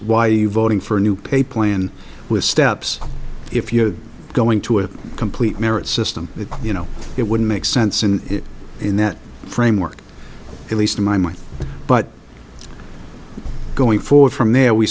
you voting for a new pay plan with steps if you're going to it complete merit system that you know it wouldn't make sense in in that framework at least in my mind but going forward from there we